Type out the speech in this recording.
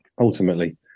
ultimately